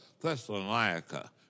Thessalonica